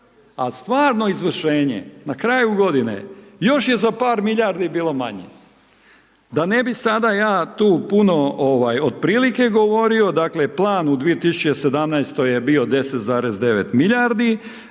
a stvarno izvršenje na kraju godine, još je za par milijardi bilo manje. Da ne bi sada ja tu puno otprilike govorio, dakle plan u 2017. je bio 10,9 milijardi,